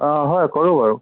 অঁ হয় কৰোঁ বাৰু